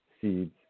seeds